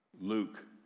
Luke